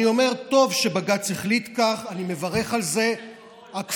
אני אומר, טוב שבג"ץ החליט כך.